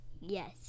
Yes